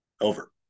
Over